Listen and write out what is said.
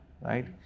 right